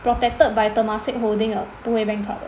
protected by Temasek Holding 的不会 bankrupt 的